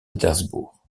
pétersbourg